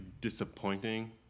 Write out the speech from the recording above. disappointing